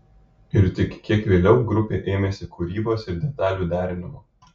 ir tik kiek vėliau grupė ėmėsi kūrybos ir detalių derinimo